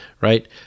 right